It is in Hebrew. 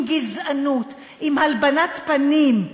עם גזענות, עם הלבנת פנים,